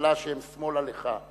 ממשלה שהם שמאלה לך,